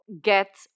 get